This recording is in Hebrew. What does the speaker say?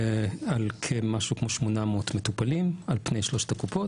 ועל כמשהו כמו 800 מטופלים על פני שלושת הקופות.